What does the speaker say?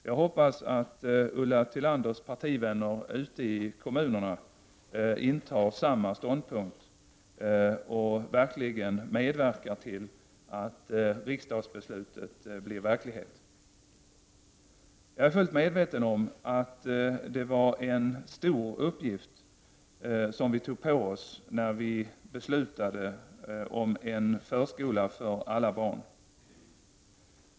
Jag hoppas att Ulla Tillanders partivänner ute i kommunerna intar samma ståndpunkt och verkligen medverkar till att riksdagsbeslutet blir verklighet. Jag är fullt medveten om att det var en stor uppgift som vi tog på oss när vi beslutade om en förskola för alla barn.